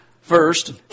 first